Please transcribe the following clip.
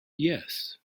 yes